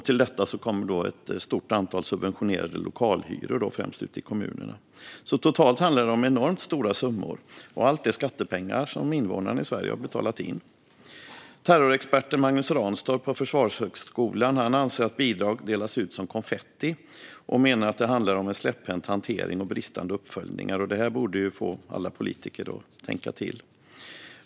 Till detta kommer ett stort antal subventionerade lokalhyror, främst i kommunerna. Totalt handlar det om enormt stora summor. Och allt är skattepengar som invånarna i Sverige har betalat in. Magnus Ranstorp, terrorexpert på Försvarshögskolan, anser att bidrag delas ut som konfetti och menar att det handlar om en släpphänt hantering och bristande uppföljningar. Detta borde få alla politiker att tänka till.